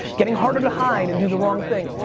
getting harder to hide and do the wrong thing.